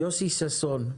יוסי ששון.